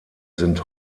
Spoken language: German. sind